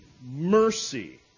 mercy